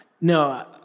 No